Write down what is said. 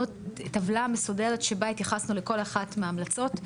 טבלה מסודרת שבה התייחסנו לכל אחת מההמלצות.